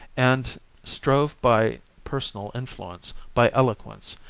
and strove by personal influence, by eloquence,